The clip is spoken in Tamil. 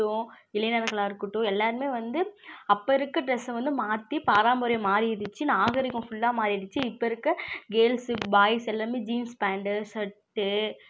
இளைஞர்களாக இருக்கட்டும் எல்லாருமே வந்து அப்போ இருக்க டிரெஸ்ஸை வந்து மாற்றி பாரம்பரியம் மாறிடிச்சு நாகரீகம் ஃபுல்லாக மாறிடிச்சு இப்போ இருக்க கேர்ள்ஸு பாய்ஸ் எல்லாமே ஜீன்ஸ் பேண்ட்டு ஷர்ட்டு